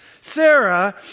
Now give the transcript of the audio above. Sarah